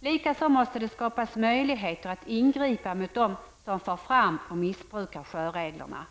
Likaså måste det skapas möjligheter att ingripa mot dem som far fram och missbrukar sjöreglerna.